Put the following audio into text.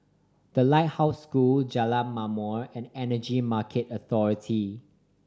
The Lighthouse School Jalan Ma'mor and Energy Market Authority